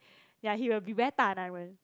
ya he will be very 大男人